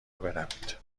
بروید